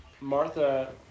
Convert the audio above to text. Martha